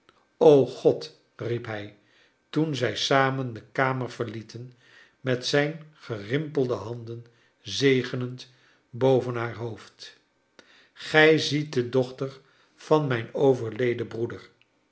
o god riep hij toen zij samen de kamer verlieten met zijn gerimpelde handen zegenend boven haar hoofd gij ziet de dochter van mijn overleden broeder